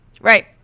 right